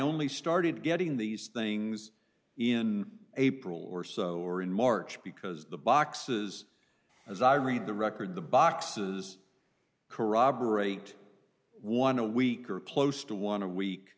only started getting these things in april or so or in march because the boxes as i read the record the boxes corroborate one a week or close to one a week